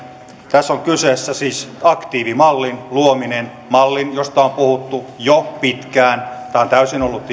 tässä on kyseessä siis aktiivimallin luominen mallin josta on puhuttu jo pitkään tämä on täysin ollut